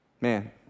Man